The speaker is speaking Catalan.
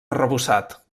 arrebossat